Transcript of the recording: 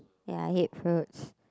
ya I hate fruits